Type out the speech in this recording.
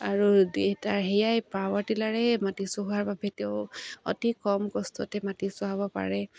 আৰু সেয়াই পাৱাৰ টিলাৰে মাটি চহোৱাৰ বাবে তেওঁ অতি কম কষ্টতে মাটি চহোৱাব পাৰে